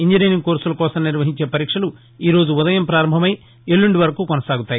engineering కోర్సుల కోసం నిర్వహించే పరీక్షలు ఈ రోజు ఉదయం ప్రారంభమై ఎల్లుండి వరకు కొనసాగుతాయి